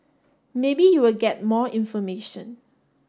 maybe you will get more information